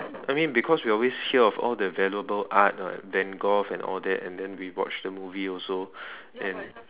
I mean because we always hear of all the valuable art [what] then golf and all that then we watch the movie also and